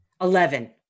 Eleven